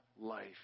life